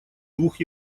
двух